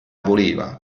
voleva